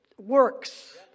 works